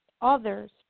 others